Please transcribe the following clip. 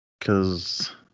Cause